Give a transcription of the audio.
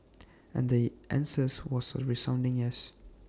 and the answers was A resounding yes